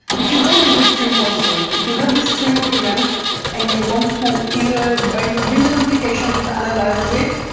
if you want to do stream processing, if you have this stream of events and you want to either but either build applications that analysis it,